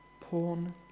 Porn